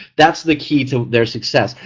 that's the key to their success,